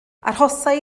arhosai